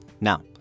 Now